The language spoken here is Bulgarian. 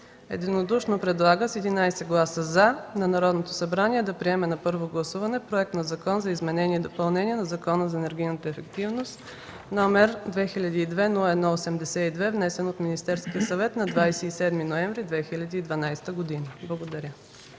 единодушно предлага (с 11 гласа „за“) на Народното събрание да приеме на първо гласуване Законопроект за изменение и допълнение на Закона за енергийната ефективност, № 202-01-82, внесен от Министерския съвет на 27 ноември 2012 г.” Благодаря.